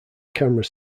camera